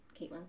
Caitlin